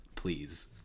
Please